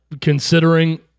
considering